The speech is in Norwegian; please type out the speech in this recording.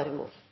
er